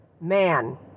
Man